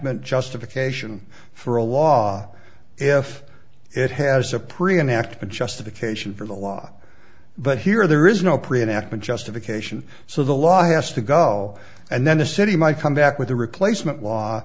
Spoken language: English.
meant justification for a law if it has a pre an act a justification for the law but here there is no preannouncement justification so the law has to go and then the city might come back with a replacement law